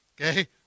Okay